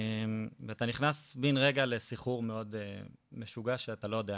ואתה נכנס בן רגע לסחרור מאד משוגע שאתה לא יודע,